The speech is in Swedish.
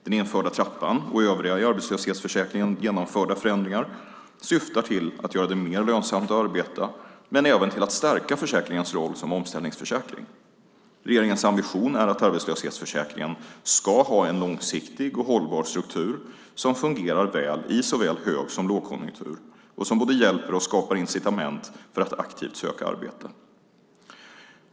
Den införda trappan och övriga i arbetslöshetsförsäkringen genomförda förändringar syftar till att göra det mer lönsamt att arbeta men även till att stärka försäkringens roll som omställningsförsäkring. Regeringens ambition är att arbetslöshetsförsäkringen ska ha en långsiktig och hållbar struktur som fungerar väl i såväl hög som lågkonjunktur och som både hjälper och skapar incitament för att aktivt söka arbete.